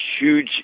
huge